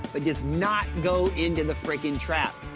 but does not go into the freaking trap.